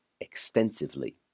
extensively